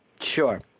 Sure